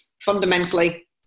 fundamentally